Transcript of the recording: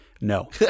no